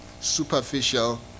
superficial